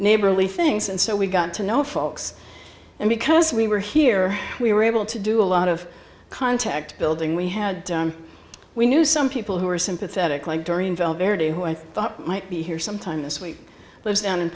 neighborly things and so we got to know folks and because we were here we were able to do a lot of contact building we had we knew some people who were sympathetic like durian velvety who i thought might be here sometime this week lives down in